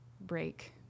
break